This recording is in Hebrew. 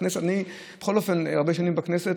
אני הרבה שנים בכנסת,